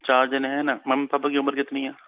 चार जने हैं न मम्मी पापा की उम्र कितनी है